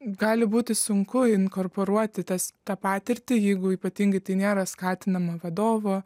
gali būti sunku inkorporuoti tas tą patirtį jeigu ypatingai tai nėra skatinama vadovo